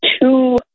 Two